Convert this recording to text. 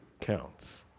counts